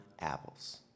apples